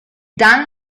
dan